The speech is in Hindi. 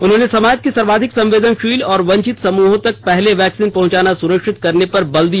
उन्होंने समाज के सर्वाधिक संवेदनशील और वंचित समूहों तक पहले वैक्सीन पहुंचाना सुनिश्चित करने पर बल दिया